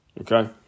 okay